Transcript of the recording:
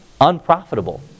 unprofitable